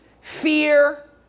fear